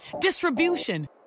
distribution